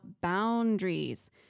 boundaries